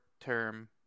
term